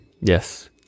Yes